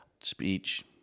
speech